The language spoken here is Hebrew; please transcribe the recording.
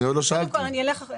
אני אתחיל